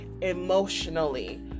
emotionally